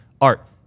art